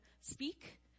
speak